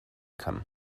kann